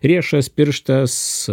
riešas pirštas